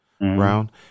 round